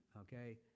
okay